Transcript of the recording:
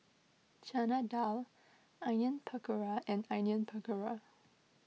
Chana Dal Onion Pakora and Onion Pakora